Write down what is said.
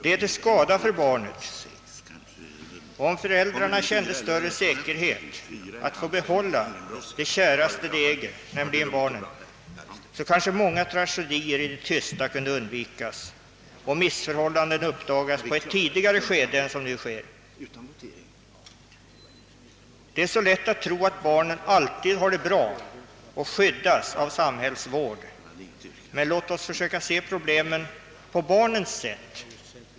Detta är till skada för barnen, Om föräldrarna kände större säkerhet att få behålla det käraste de äger — barnen — kanske många tragedier i det tysta kunde undvikas och missförhållandena uppdagas i ett tidigare skede än som nu ofta är fallet. Det är lätt att tro att barnen genom samhällsvård alltid får det bra och har möjlighet till skydd. Låt oss försöka se problemen på barnets sätt.